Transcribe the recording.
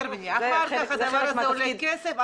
אחר כך הדבר הזה עולה כסף.